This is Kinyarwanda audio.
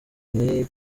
nti